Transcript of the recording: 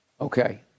Okay